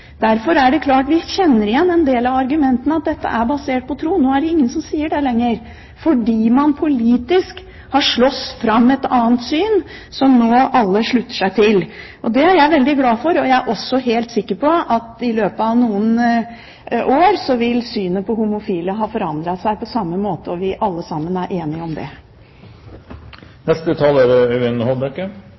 Derfor er det klart at vi kjenner igjen en del av argumentene om at dette er basert på tro. Nå er det ingen som sier det lenger, fordi man politisk har slåss fram et annet syn, som nå alle slutter seg til. Det er jeg veldig glad for. Jeg er også helt sikker på at i løpet av noen år vil synet på homofile ha forandret seg på samme måte, og vi vil alle sammen være enige om